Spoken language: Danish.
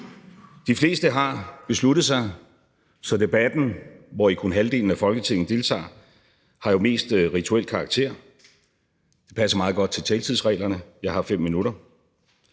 De fleste har besluttet sig, så debatten, hvori kun halvdelen af Folketinget deltager, har jo mest rituel karakter. Det passer meget godt til taletidsreglerne. Jeg har 5 minutter.